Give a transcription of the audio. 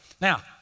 Now